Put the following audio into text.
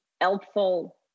helpful